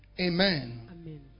Amen